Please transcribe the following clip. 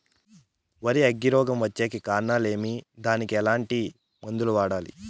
వరి అగ్గి రోగం వచ్చేకి కారణాలు ఏమి దానికి ఎట్లాంటి మందులు వాడాలి?